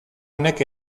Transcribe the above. honek